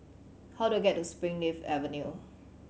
how do I get to Springleaf Avenue